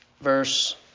Verse